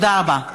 תודה רבה.